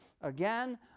again